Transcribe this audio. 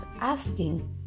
asking